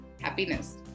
happiness